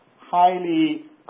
highly